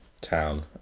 town